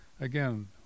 again